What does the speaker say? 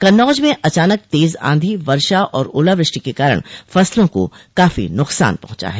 कन्नौज में अचानक तेज आंधी वर्षा और ओलावृष्टि के कारण फसलों को काफी नुकसान पहुंचा है